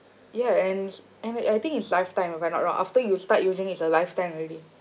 yeah and and uh I think it's lifetime if I'm not wrong after you start using it's a lifetime already